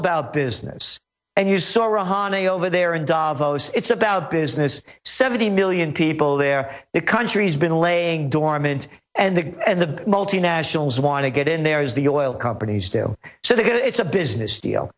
about business and you saw rouhani over there in davos it's about business seventy million people there the country's been laying dormant and the and the multinationals want to get in there as the oil companies do so that it's a business deal